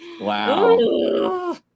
Wow